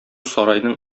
сарайның